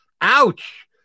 Ouch